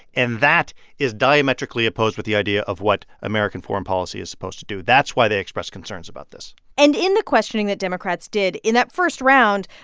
and that is diametrically opposed with the idea of what american foreign policy is supposed to do. that's why they expressed concerns about this and in the questioning that democrats did, in that first round,